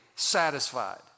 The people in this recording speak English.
Satisfied